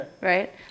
right